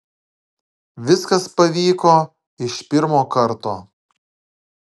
viskas pavyko iš pirmo karto